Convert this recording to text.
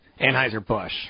Anheuser-Busch